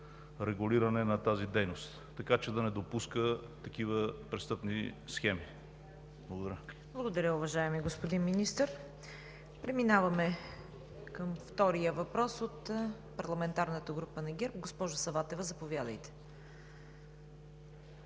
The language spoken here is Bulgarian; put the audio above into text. регулиране на тази дейност, така че да не допуска такива престъпни схеми. Благодаря. ПРЕДСЕДАТЕЛ ЦВЕТА КАРАЯНЧЕВА: Благодаря, уважаеми господин Министър. Преминаваме към втория въпрос от парламентарната група на ГЕРБ. Госпожо Саватева, заповядайте.